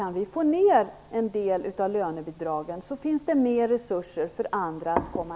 Kan vi få ned kostnaderna för lönebidragen finns det mer resurser för andra.